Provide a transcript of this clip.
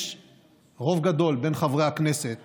יש רוב גדול בין חברי הכנסת